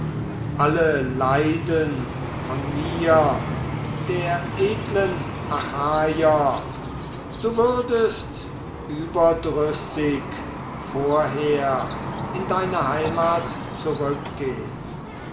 alle leiden von mir der edlen achaier du würdest überdrüssig vorher in deine heimat zurückgehn